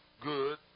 good